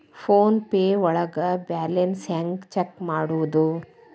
Phone pay ಒಳಗ balance ಹೆಂಗ್ check ಮಾಡುವುದು?